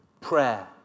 Prayer